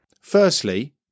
Firstly